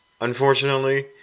Unfortunately